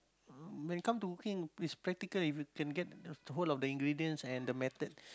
when it come to cooking it's practical if you can get whole of the ingredients and the method